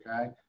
okay